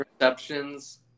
receptions